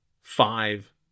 five